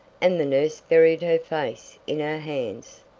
and the nurse buried her face in her hands.